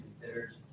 considered